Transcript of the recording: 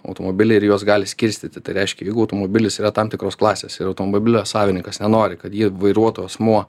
automobilį ir juos gali skirstyti tai reiškia jeigu automobilis yra tam tikros klasės ir automobilio savininkas nenori kad jį vairuotų asmuo